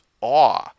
awe